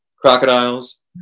crocodiles